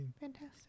Fantastic